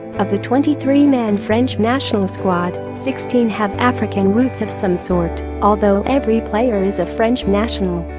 of the twenty three man french national squad, sixteen have african roots of some sort although every player is a french national